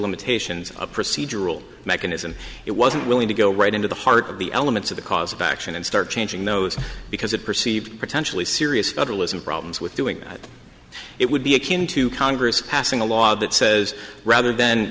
limitations of procedural mechanism it wasn't willing to go right into the heart of the elements of the cause of action and start changing those because it perceived potentially serious federalism problems with doing it would be akin to congress passing a law that says rather th